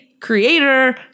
creator